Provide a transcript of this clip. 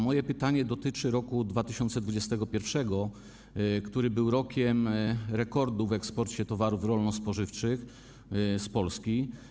Moje pytanie dotyczy roku 2021, który był rokiem rekordu w eksporcie towarów rolno-spożywczych z Polski.